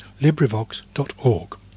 LibriVox.org